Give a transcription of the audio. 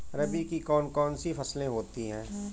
रबी की कौन कौन सी फसलें होती हैं?